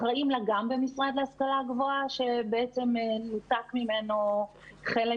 אחראים לה גם במשרד להשכלה הגבוהה שעצם נותק ממנו חלק